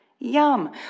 yum